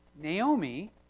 Naomi